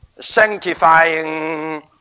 sanctifying